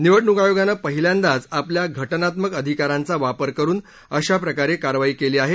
निवडणूक आयोगानं पहिल्यांदाच आपल्या घटनात्मक अधिकारांचा वापर करून अशा प्रकारे कारवाई केली आहे